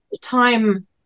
time